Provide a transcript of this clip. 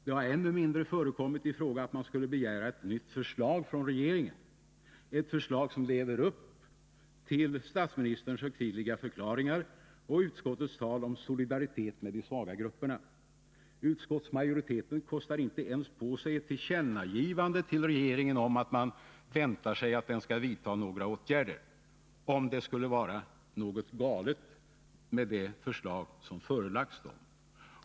Det har ännu mindre kommit i fråga att man skulle begära ett nytt förslag från regeringen — ett förslag som lever upp till statsministerns högtidliga förklaringar och utskottets tal om solidaritet med de svagare grupperna i samhället. Utskottsmajoriteten kostar inte ens på sig ett tillkännagivande till regeringen om att man väntar sig att den skall vidta några åtgärder, om det skulle vara något galet med det förslag som förelagts dem.